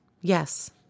Yes